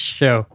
show